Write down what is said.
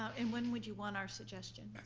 and when would you want our suggestions?